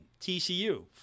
tcu